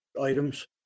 items